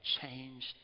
changed